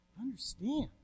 Understand